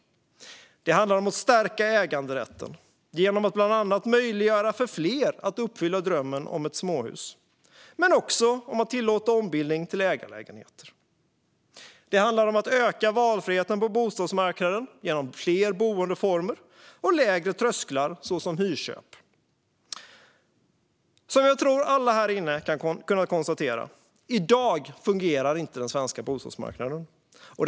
Det handlar om att stärka äganderätten genom att bland annat möjliggöra för fler att uppfylla drömmen om ett småhus. Men det handlar också om att tillåta ombildning till ägarlägenheter. Det handlar om att öka valfriheten på bostadsmarknaden genom fler boendeformer och lägre trösklar, som hyrköp. Jag tror att alla härinne kan konstatera att den svenska bostadsmarknaden inte fungerar i dag.